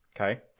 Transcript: Okay